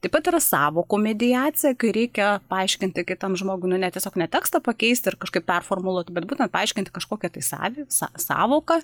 taip pat yra sąvokų mediacija kai reikia paaiškinti kitam žmogui nu ne tiesiog ne tekstą pakeisti ar kažkaip performuluot bet būtina paaiškinti kažkokia tai sav są sąvoka